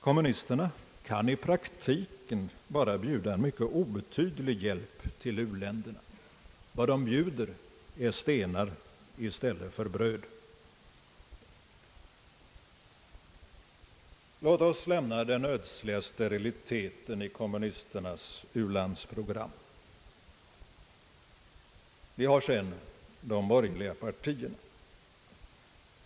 Kommunisterna kan i praktiken bara bjuda mycket obetydlig hjälp till u-länderna. Vad de bjuder är stenar i stället för bröd. Låt oss lämna den ödsliga steriliteten i kommunisternas u-landsprogram. Vi har sedan de borgerliga partierna.